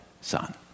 son